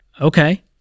Okay